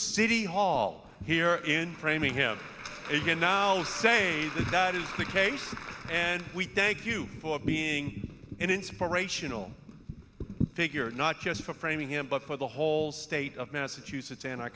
city hall here in framing here you can now say that is the case and we thank you for being an inspirational figure not just for framing him but for the whole state of massachusetts and our